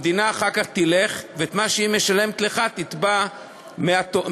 תלך ואת מה שהיא משלמת לך תתבע מהפוגע.